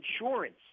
insurance